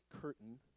curtain